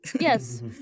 yes